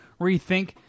rethink